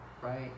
Right